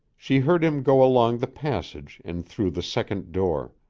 she heard him go along the passage and through the second door.